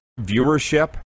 viewership